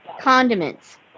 Condiments